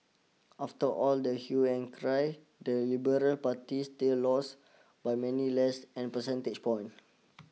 after all the hue and cry the Liberal Party still lost by many less a percentage point